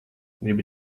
gribi